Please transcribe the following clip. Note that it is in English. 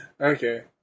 Okay